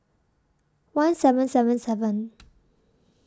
one seven seven seven